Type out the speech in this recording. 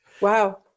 Wow